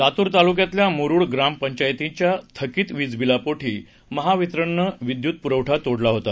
लातूर तालुक्यातल्या मुरुड ग्रामपंचायतीच्या थकीत वीजबिलापोटी महावितरणनं विद्युत पुरवठा तोडला होता